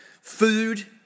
Food